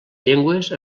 llengües